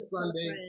Sunday